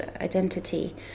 identity